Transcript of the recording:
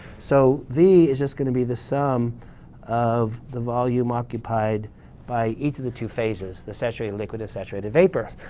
so v is just going to be the sum of the volume occupied by each of the two phases, the saturated liquid and saturated vapor,